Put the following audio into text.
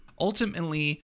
ultimately